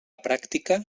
pràctica